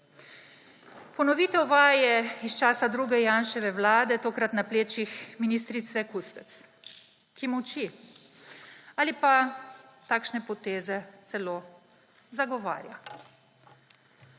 Ponovitev vaje iz časa druge Janševe vlade, tokrat na plečih ministrice Kustec, ki molči ali pa takšne poteze celo zagovarja.